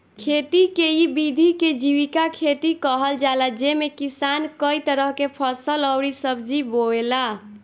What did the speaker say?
खेती के इ विधि के जीविका खेती कहल जाला जेमे किसान कई तरह के फसल अउरी सब्जी बोएला